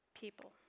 people